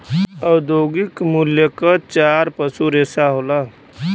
औद्योगिक मूल्य क चार पसू रेसा होला